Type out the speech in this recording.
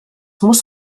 muss